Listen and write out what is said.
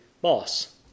boss